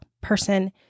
person